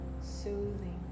soothing